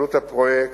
עלות הפרויקט: